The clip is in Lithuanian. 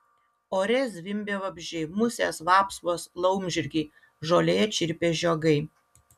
ore zvimbė vabzdžiai musės vapsvos laumžirgiai žolėje čirpė žiogai